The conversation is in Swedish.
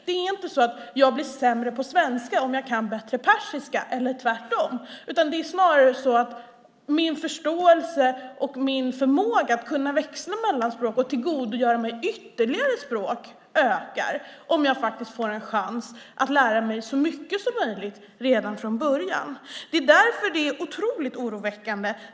Det är inte så att jag blir sämre på svenska om jag kan bättre persiska eller tvärtom, utan det är snarare så att min förståelse och min förmåga att växla mellan språk och tillgodogöra mig ytterligare språk ökar om jag får en chans att lära mig så mycket som möjligt redan från början. Därför är de signaler som kommer otroligt oroväckande.